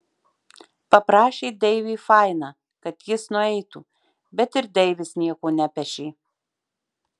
paprašė deivį fainą kad jis nueitų bet ir deivis nieko nepešė